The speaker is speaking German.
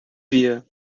wir